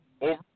over